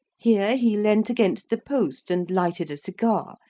here he leant against the post, and lighted a cigar,